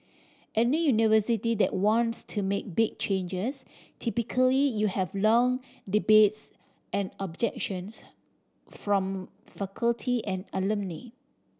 any university that wants to make big changes typically you have long debates and objections from faculty and alumni